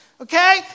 okay